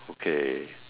okay